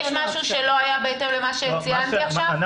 יש משהו שלא היה בהתאם למה שציינתי עכשיו?